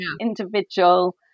individual